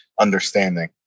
understanding